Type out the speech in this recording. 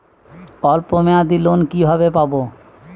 অল্প মেয়াদি লোন কিভাবে পাব?